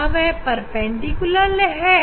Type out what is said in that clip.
क्या वह परपेंडिकुलर है